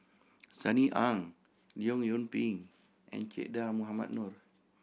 Sunny Ang Leong Yoon Pin and Che Dah Mohamed Noor